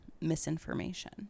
misinformation